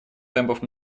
темпов